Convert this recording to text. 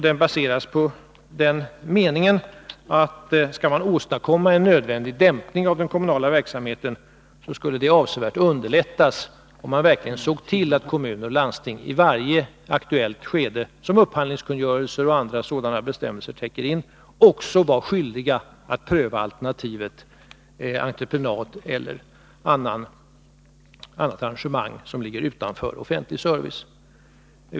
Den baseras på uppfattningen att åstadkommandet av en nödvändig dämpning av den kommunala verksamheten skulle avsevärt underlättas om man såg till att kommuner och landsting i varje aktuellt skede som upphandlingskungörelser och andra sådana bestämmelser täcker in också var skyldiga att pröva alternativet entreprenad eller annat arrangemang som ligger utanför offentlig service.